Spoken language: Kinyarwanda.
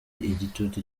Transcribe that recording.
igitutu